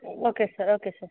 okay sir okay sir